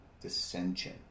dissension